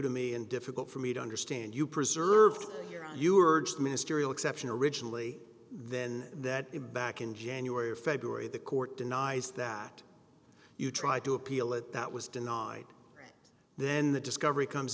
to me and difficult for me to understand you preserved here are you were just ministerial exception originally then that in back in january or february the court denies that you tried to appeal it that was denied then the discovery comes